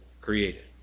created